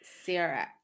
CRX